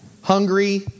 hungry